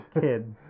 Kid